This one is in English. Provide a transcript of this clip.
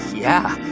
yeah,